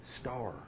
star